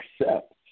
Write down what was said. accept